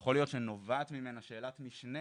יכול להיות שנובעת ממנה שאלת משנה